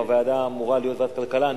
אם הוועדה אמורה להיות ועדת הכלכלה.